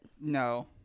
No